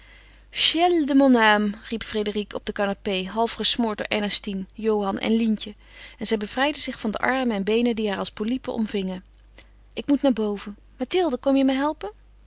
de mon âme riep frédérique op de canapé half gesmoord door ernestine johan en lientje en zij bevrijdde zich van de armen en beenen die haar als polypen omvingen ik moet naar boven mathilde kom je me helpen